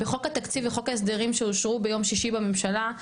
בחוק התקציב וחוק ההסדרים שאושרו ביום שישי בממשלה,